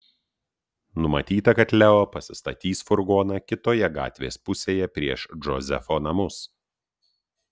numatyta kad leo pasistatys furgoną kitoje gatvės pusėje prieš džozefo namus